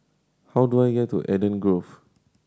how do I get to Eden Grove